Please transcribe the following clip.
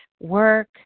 work